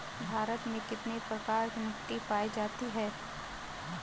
भारत में कितने प्रकार की मिट्टी पाई जाती है?